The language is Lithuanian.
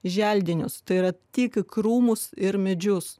želdinius tai yra tik į krūmus ir medžius